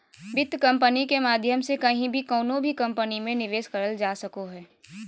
वित्त कम्पनी के माध्यम से कहीं भी कउनो भी कम्पनी मे निवेश करल जा सको हय